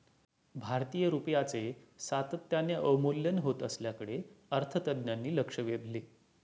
भारतीय रुपयाचे सातत्याने अवमूल्यन होत असल्याकडे अर्थतज्ज्ञांनी लक्ष वेधले